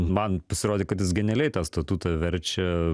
man pasirodė kad jis genialiai tą statutą verčia